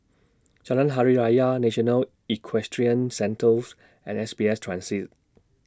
Jalan Hari Raya National Equestrian Centres and S B S Transit